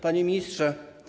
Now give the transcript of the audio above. Panie Ministrze!